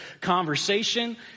conversation